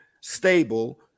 stable